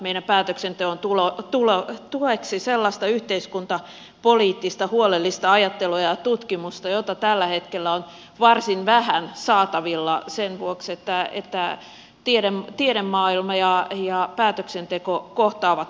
me tarvitsemme meidän päätöksentekomme tueksi sellaista yhteiskuntapoliittista huolellista ajattelua ja tutkimusta jota tällä hetkellä on varsin vähän saatavilla sen vuoksi että tiedemaailma ja päätöksenteko kohtaavat huonosti